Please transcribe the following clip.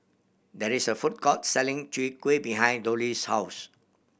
there is a food court selling Chwee Kueh behind Dolly's house